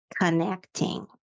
connecting